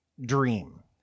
Dream